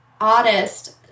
artist